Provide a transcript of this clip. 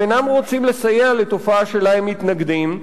הם אינם רוצים לסייע לתופעה שלה הם מתנגדים,